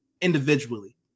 individually